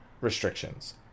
restrictions